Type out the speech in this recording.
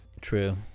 True